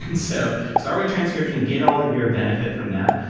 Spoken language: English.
and so start with transcription. get all of your benefit from that.